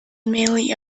mainly